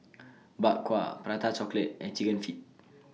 Bak Kwa Prata Chocolate and Chicken Feet